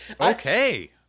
Okay